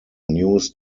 news